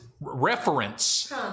reference